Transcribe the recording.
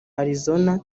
arizona